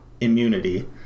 immunity